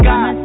God